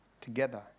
together